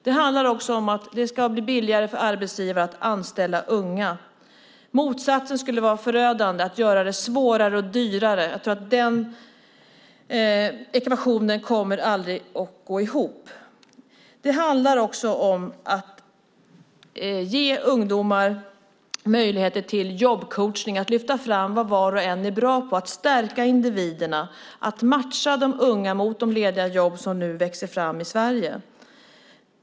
Det handlar också om att det ska bli billigare för arbetsgivare att anställa unga. Motsatsen, att göra det svårare och dyrare, skulle vara förödande. Den ekvationen kommer aldrig att gå ihop, tror jag. Vidare handlar det om att ge ungdomar möjlighet till jobbcoachning, om att lyfta fram det som var och en är bra på och stärka individerna och om att matcha de unga mot de lediga jobb som nu växer fram i Sverige.